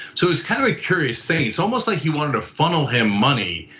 so it's kind of a curious thing. it's almost like he wanted to funnel him money.